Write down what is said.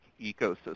ecosystem